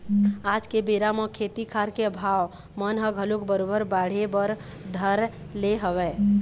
आज के बेरा म खेती खार के भाव मन ह घलोक बरोबर बाढ़े बर धर ले हवय